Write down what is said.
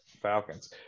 Falcons